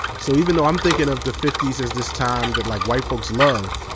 so even though i'm thinking of the fifties as this time that like white folks love,